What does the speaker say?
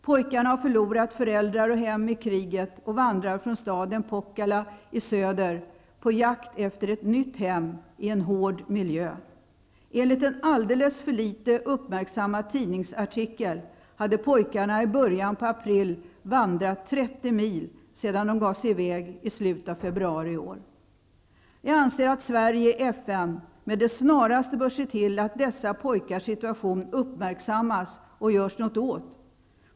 Pojkarna har förlorat föräldrar och hem i kriget och vandrar från staden Pochala i söder på jakt efter ett nytt hem i en hård miljö. Enligt en alldeles för litet uppmärksammad tidningsartikel hade pojkarna i början på april vandrat 30 mil sedan de gav sig i väg i slutet av februari. Jag anser att Sverige i FN med det snaraste bör se till att dessa pojkars situation uppmärksammas och görs något åt.